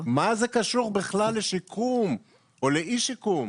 מה זה קשור בכלל לשיקום או לאי שיקום.